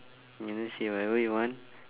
you just eat whatever you want